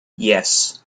yes